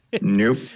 Nope